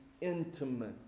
intimate